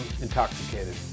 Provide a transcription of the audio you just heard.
intoxicated